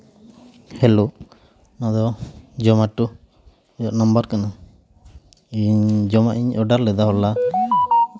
hello ᱱᱚᱣᱟ ᱫᱚ Zomato ᱨᱮᱭᱟᱜ ᱱᱟᱢᱵᱟᱨ ᱠᱟᱱᱟ ᱤᱧ ᱡᱚᱢᱟᱧ ᱤᱧ ᱚᱰᱟᱨ ᱞᱮᱫᱟ ᱦᱚᱞᱟ